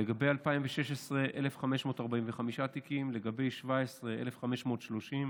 לגבי 2016, 1,545 תיקים, לגבי 2017, 1,530,